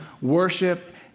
worship